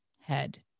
head